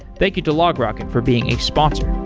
thank you to logrocket for being a sponsor